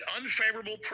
unfavorable